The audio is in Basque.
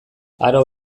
aro